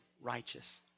righteous